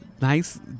Nice